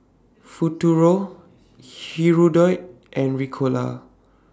Futuro Hirudoid and Ricola